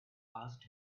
asked